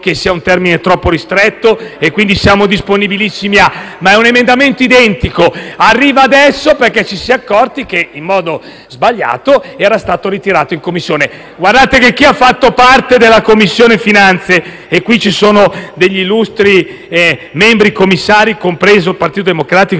sia un termine troppo ristretto. Quindi, siamo disponibili a rinviarlo. Però, è un emendamento identico. Arriva adesso perché ci siamo accorti che, in modo sbagliato, è stato ritirato in Commissione. Chi ha fatto parte della Commissione finanze, e qui vi sono degli illustri membri commissari, sia del Partito Democratico